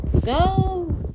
go